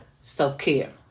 self-care